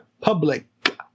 public